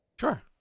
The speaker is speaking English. Sure